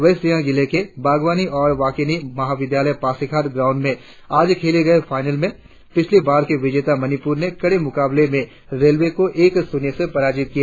waste Siang जिले के बाग़वानी एवं वानिकी महाविद्यालय पासीघाट ग्राऊंड में आज खेले गए फाईनल में पिछली बार की विजेता मणिपुर ने कड़े मुकाबले में रेलवे को एक शून्य से पराजीत किया